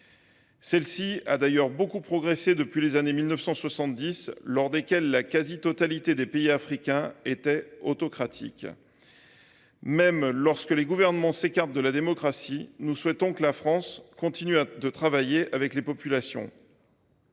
Celle ci a d’ailleurs beaucoup progressé depuis les années 1970, au cours desquelles la quasi totalité des pays africains étaient autocratiques. Même lorsque les gouvernements s’écartent de la démocratie, nous souhaitons que la France continue de travailler avec les populations.